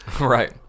Right